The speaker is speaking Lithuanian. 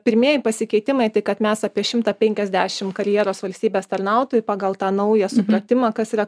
pirmieji pasikeitimai tai kad mes apie šimtą penkiasdešim karjeros valstybės tarnautojų pagal tą naują supratimą kas yra